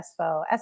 Espo